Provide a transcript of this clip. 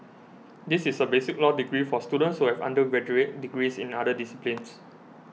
this is a basic law degree for students who have undergraduate degrees in other disciplines